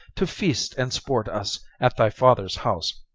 to feast and sport us at thy father's house.